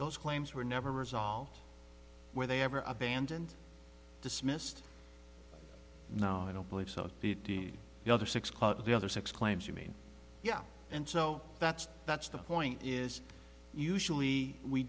those claims were never resolved where they ever abandoned dismissed no i don't believe so the other six caught the other six claims you mean yeah and so that's that's the point is usually we